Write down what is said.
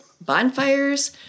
bonfires